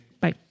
Bye